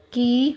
ਕੀ